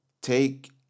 take